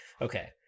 Okay